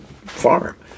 farm